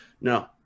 no